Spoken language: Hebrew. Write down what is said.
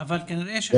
כן.